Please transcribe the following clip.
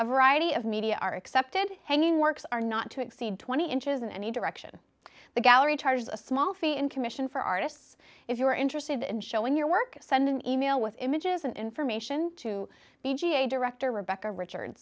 variety of media are excepted hanging works are not to exceed twenty inches in any direction the gallery charges a small fee in commission for artists if you are interested in showing your work send an email with images and information to the g a a director rebecca richard